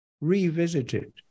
Revisited